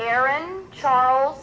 aaron charles